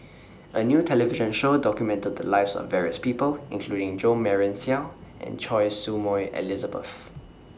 A New television Show documented The Lives of various People including Jo Marion Seow and Choy Su Moi Elizabeth